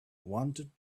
wanted